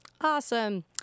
Awesome